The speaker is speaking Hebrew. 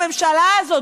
הממשלה הזאת,